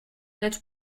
lecz